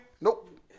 Nope